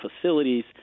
facilities